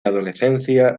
adolescencia